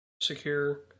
secure